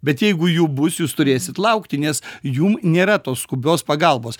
bet jeigu jų bus jūs turėsit laukti nes jum nėra tos skubios pagalbos